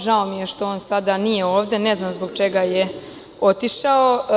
Žao mi je što on sada nije ovde, ne znam zbog čega je otišao.